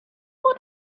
what